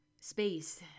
space